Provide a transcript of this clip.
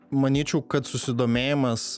manyčiau kad susidomėjimas